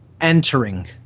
entering